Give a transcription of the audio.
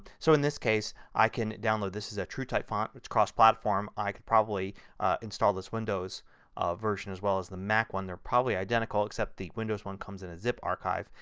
so in this case i can download, this is a truetype font which is across platform. i can probably install this windows um version as well as the mac one. they are probably identical except the windows one comes in a zip archive.